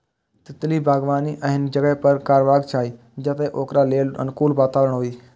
तितली बागबानी एहन जगह पर करबाक चाही, जतय ओकरा लेल अनुकूल वातावरण होइ